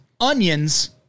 onions